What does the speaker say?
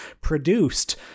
produced